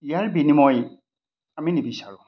ইয়াৰ বিনিময় আমি নিবিচাৰোঁ